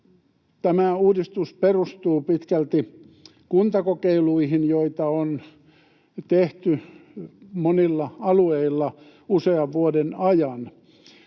Tämä uudistus perustuu pitkälti kuntakokeiluihin, joita on tehty monilla alueilla usean vuoden ajan.